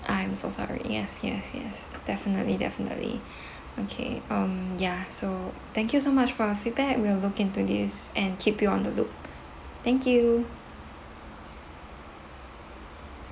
I'm so sorry yes yes yes definitely definitely okay um ya so thank you so much for your feedback we'll look into this and keep you on the loop thank you